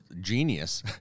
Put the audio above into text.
genius